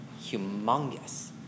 humongous